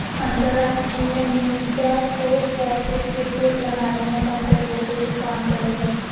अंतरराष्ट्रीय मुद्रा कोष वैश्विक वित्तीय प्रणाली मे संकट रोके के काम करो हय